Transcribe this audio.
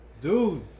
Dude